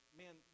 man